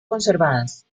conservadas